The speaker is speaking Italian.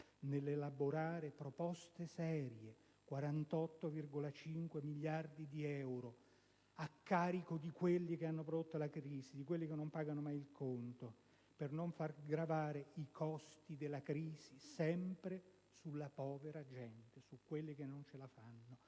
nell'elaborazione di proposte serie - 48,5 miliardi di euro - a carico di coloro che hanno prodotto la crisi, di coloro che non pagano mai il conto, per non far gravare i costi della crisi sempre sulla povera gente, su quelli che non ce la fanno.